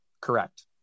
Correct